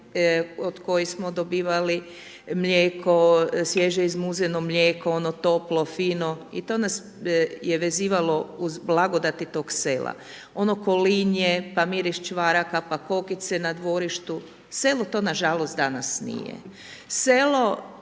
od kojih smo dobivali mlijeko, svježe izmuzeno mlijeko, ono toplo, fino i to nas je vezivalo uz blagodati tog sela. Ono kolinje, pa miris čvaraka, pa kokice na dvorištu, selo to nažalost danas nije.